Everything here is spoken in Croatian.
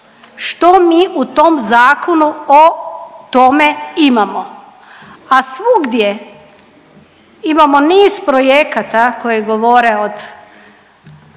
što mi u tom zakonu o tome imamo, a svugdje imamo niz projekata koji govore „od